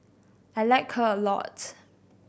I like her a lots